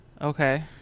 Okay